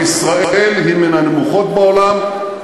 בישראל היא מן הנמוכות בעולם,